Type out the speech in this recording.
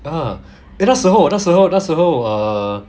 !huh! eh 那时候那时候那时候 err